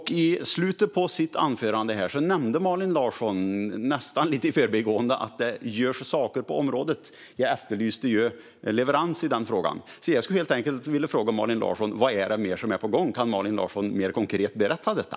I slutet på sitt anförande nämnde Malin Larsson nästan lite i förbigående att det görs saker på området. Jag efterlyste ju leverans i den frågan. Jag skulle helt enkelt vilja fråga Malin Larsson: Vad är det mer som är på gång? Kan Malin Larsson mer konkret berätta detta?